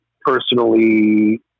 personally